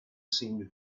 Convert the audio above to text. seemed